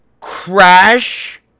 Crash